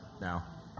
now